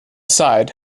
side